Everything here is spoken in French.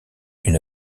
une